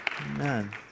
Amen